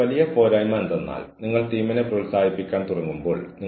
കൂടാതെ ഏതെങ്കിലും നെഗറ്റീവ് പെരുമാറ്റം തടയാൻ കഴിയും